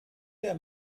der